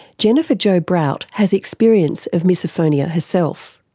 jennifer jo brout has experience of misophonia herself,